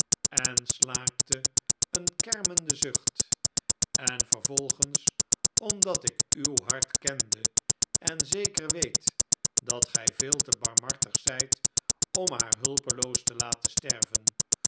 en slaakte een kermenden zucht en vervolgens omdat ik uw hart kende en zeker weet dat gij veel te barmhartig zijt om haar hulpeloos te laten sterven